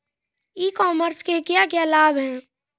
ई commerce के क्या क्या लाभ हैं?